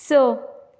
स